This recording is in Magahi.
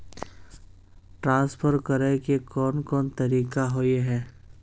ट्रांसफर करे के कोन कोन तरीका होय है?